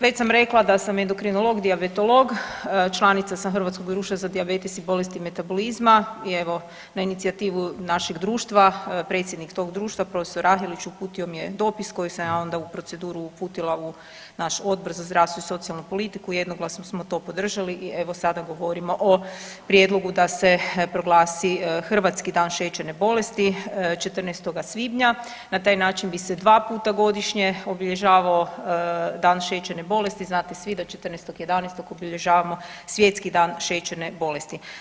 Već sam rekla da sam endokrinolog dijabetolog, članica sam Hrvatskog društva za dijabetes i bolesti metabolizma i evo na inicijativu našeg društva predsjednik tog društva prof. Rahelić uputio mi je dopis koji sam ja onda u proceduru uputila u naš Odbor za zdravstvo i socijalnu politiku, jednoglasno smo to podržali i evo sada govorimo o prijedlogu da se proglasi Hrvatski dan šećerne bolesti 14. svibnja, na taj način bi se dva puta godišnje obilježavao Dan šećerne bolesti, znate svi da 14.11. obilježavamo Svjetski dan šećerne bolesti.